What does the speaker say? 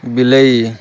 ବିଲେଇ